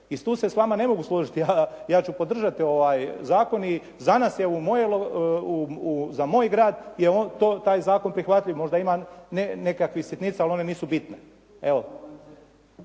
I tu se s vama ne mogu složiti. Ja ću podržati ovaj zakon i za nas je, za moj grad je taj zakon prihvatljiv. Možda ima nekakvih sitnica, ali one nisu bitne,